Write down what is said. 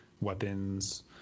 weapons